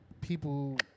people